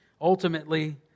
Ultimately